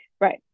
Right